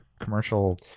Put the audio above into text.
commercial